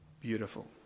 beautiful